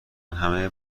همه